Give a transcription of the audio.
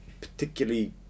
particularly